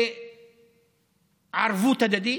לערבות הדדית,